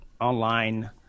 online